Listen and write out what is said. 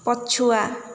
ପଛୁଆ